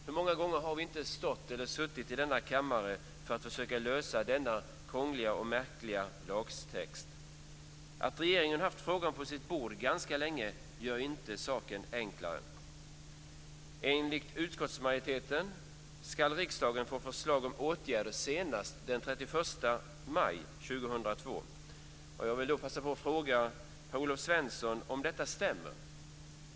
Hur många gånger har vi inte suttit i denna kammare för att försöka lösa frågan om denna krångliga och märkliga lagtext. Att regeringen haft frågan på sitt bord ganska länge gör inte saken enklare. Enligt utskottsmajoriteten ska riksdagen få förslag om åtgärder senast den 31 maj 2002. Jag vill passa på att fråga Per-Olof Svensson om detta stämmer.